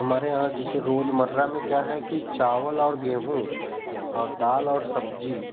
हमारे यहाँ जिसे रोजमर्रा में क्या है कि चावल और गेहूँ और दाल और सब्जी